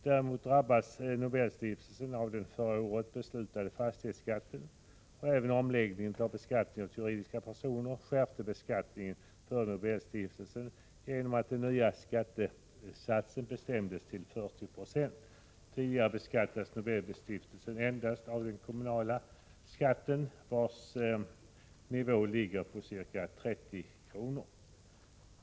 Däremot drabbades Nobelstiftelsen av den förra året beslutade fastighetsskatten. Även omläggningen av beskattningen för juridiska personer skärpte beskattningen för Nobelstiftelsen genom att den nya skattesatsen bestämdes till 40 70. Tidigare berördes Nobelstiftelsen endast av den kommunala skatten, vars nivå ligger på ca 30 Zo.